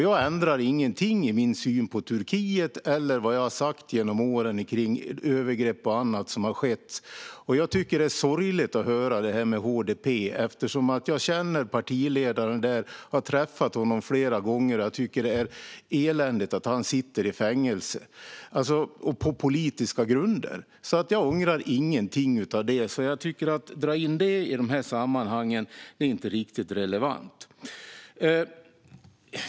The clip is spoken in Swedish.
Jag ändrar ingenting i min syn på Turkiet eller i vad jag har sagt genom åren om övergrepp och annat som har skett. Jag tycker att det är sorgligt att höra om HDP eftersom jag känner partiledaren. Jag har träffat honom flera gånger, och jag tycker att det är eländigt att han sitter i fängelse på politiska grunder. Jag ångrar ingenting av vad jag har sagt, och jag tycker inte att det är riktigt relevant att dra in det i sammanhanget.